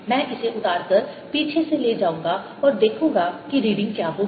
मैं इसे उतारकर पीछे से ले जाऊंगा और देखूंगा कि रीडिंग क्या होगा